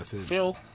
Phil